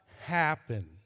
happen